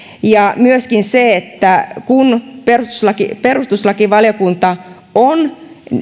myöskin kun perustuslakivaliokunta on